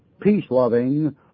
peace-loving